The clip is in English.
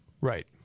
Right